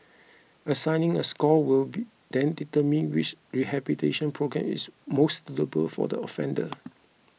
assigning a score will be then determine which rehabilitation programme is most suitable for the offender